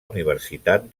universitat